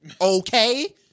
Okay